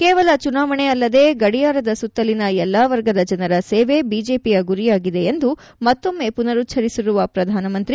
ಕೇವಲ ಚುನಾವಣೆ ಅಲ್ಲದೆ ಗಡಿಯಾರದ ಸುತ್ತಲಿನ ಎಲ್ಲಾ ವರ್ಗದ ಜನರ ಸೇವೆ ಬಿಜೆಪಿಯ ಗುರಿಯಾಗಿದೆ ಎಂದು ಮತ್ತೊಮ್ಮೆ ಪುನರುಚ್ಚರಿಸಿರುವ ಪ್ರಧಾನಮಂತ್ರಿ